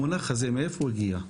המונח הזה מאיפה הגיע?